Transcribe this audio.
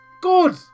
Good